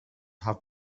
have